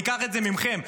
ניקח את זה מכם.